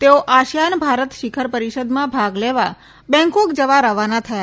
તેઓ આસિયાન ભારત શિખર પરિષદમાં ભાગ લેવા બેંગકોક જવા રવાના થયા